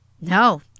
No